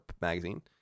magazine